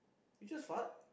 you just fart